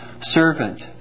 servant